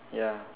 ya